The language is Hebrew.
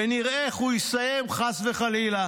ונראה איך הוא יסיים, חס וחלילה.